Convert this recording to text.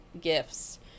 gifts